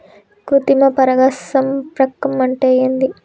కృత్రిమ పరాగ సంపర్కం అంటే ఏంది?